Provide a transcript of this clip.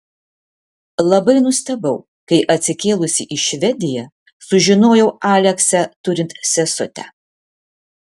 labai nustebau kai atsikėlusi į švediją sužinojau aleksę turint sesutę